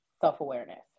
self-awareness